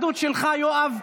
יש גם אותנטי, יואב,